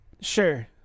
Sure